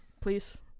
please